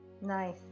Nice